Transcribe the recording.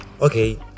Okay